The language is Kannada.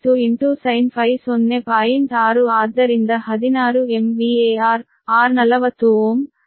6 ಆದ್ದರಿಂದ 16 MVAR R 40 Ω X 140 Ω